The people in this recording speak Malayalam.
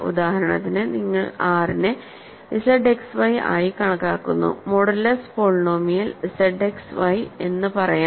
ഉദാഹരണത്തിന് നിങ്ങൾ R നെ ZXY ആയി കണക്കാക്കുന്നു മോഡുലസ് പോളിനോമിയൽ X Y എന്ന് പറയാം